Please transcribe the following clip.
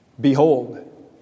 Behold